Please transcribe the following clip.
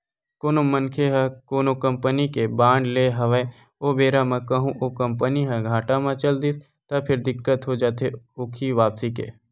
कोनो मनखे ह कोनो कंपनी के बांड लेय हवय ओ बेरा म कहूँ ओ कंपनी ह घाटा म चल दिस त फेर दिक्कत हो जाथे ओखी वापसी के